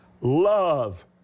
Love